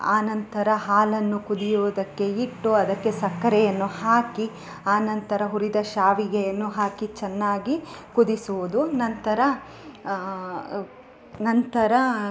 ಆನಂತರ ಹಾಲನ್ನು ಕುದಿಯುವುದಕ್ಕೆ ಇಟ್ಟು ಅದಕ್ಕೆ ಸಕ್ಕರೆಯನ್ನು ಹಾಕಿ ಆನಂತರ ಹುರಿದ ಶಾವಿಗೆಯನ್ನು ಹಾಕಿ ಚೆನ್ನಾಗಿ ಕುದಿಸುವುದು ನಂತರ ನಂತರ